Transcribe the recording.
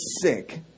sick